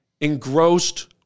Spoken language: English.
engrossed